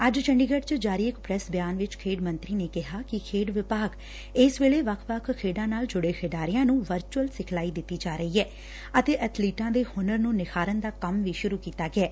ਅੱਜ ਚੰਡੀਗੜ੍ ਚ ਜਾਰੀ ਇਕ ਪ੍ਰੈਸ ਬਿਆਨ ਵਿਚ ਖੇਡ ਮੰਤਰੀ ਨੇ ਕਿਹੈ ਕਿ ਖੇਡ ਵਿਭਾਗ ਇਸ ਵੇਲੇ ਵੱਖ ਵੱਖ ਖੇਡਾਂ ਨਾਲ ਂਜੁੜੇ ਖਿਡਾਰੀਆਂ ਨੂੰ ਵਰਚੂਅਲ ਸਿਖਲਾਈ ਦਿੱਤੀ ਜਾ ਰਹੀ ਐ ਅਤੇ ਅਬਲਿਟਾਂ ਦੇ ਹੁਨਰ ਨੂੰ ਨਿਖਾਰਨ ਦਾ ਕੰਮ ਵੀ ਸ਼ੁਰੂ ਕੀਤਾ ਗਿਐ